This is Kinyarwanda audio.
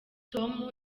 tom